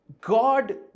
God